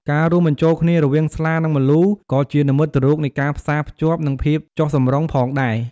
ការរួមបញ្ចូលគ្នារវាងស្លា និងម្លូ ក៏ជានិមិត្តរូបនៃ ការផ្សារភ្ជាប់ និង ភាពចុះសម្រុង ផងដែរ។